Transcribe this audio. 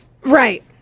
Right